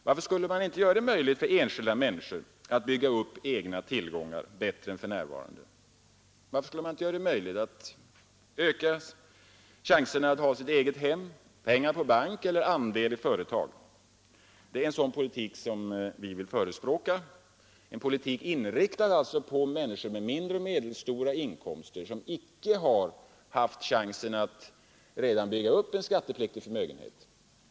Varför skulle man inte kunna göra det möjligt för enskilda människor att bygga upp egna tillgångar bättre än för närvarande? Varför skulle man inte göra det möjligt att öka chanserna att ha sitt eget hem, pengar på bank eller andel i företag? Det är en sådan politik vi vill förespråka, en politik inriktad på människor med mindre och medelstora inkomster som icke har haft chansen att redan bygga upp en skattepliktig förmögenhet.